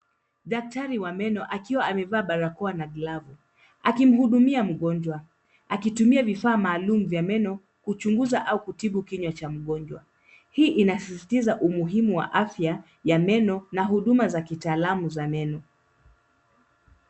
Daktari wa meno, akiwa amevaa barakoa na glovu akimhudumia mngonjwa, akitumia vifaa maalum vya meno kuchunguza au kutibu kinywa cha mngonjwa. Hii inasisitiza umuhimu wa afya ya meno na huduma za kitaalamu za meno.